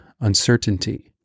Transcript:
uncertainty